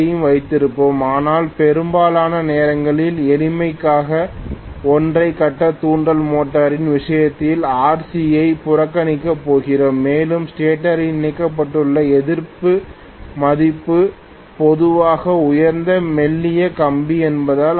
யையும் வைத்திருப்போம் ஆனால் பெரும்பாலான நேரங்களில் எளிமைக்காக ஒற்றை கட்ட தூண்டல் மோட்டரின் விஷயத்தில் Rc யை புறக்கணிக்கப் போகிறோம் மேலும் ஸ்டேட்டரில் இணைக்கப்பட்டுள்ள எதிர்ப்பு மதிப்பு பொதுவாக உயர்ந்த மெல்லிய கம்பிகள் என்பதால்